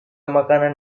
makanan